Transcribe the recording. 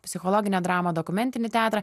psichologinę dramą dokumentinį teatrą